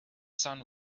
sun